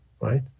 Right